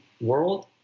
world